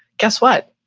guess what?